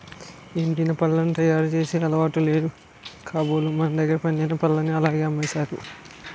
ఎండిన పళ్లను తయారు చేసే అలవాటు లేదు కాబోలు మనదగ్గర పండిన పల్లని అలాగే అమ్మేసారు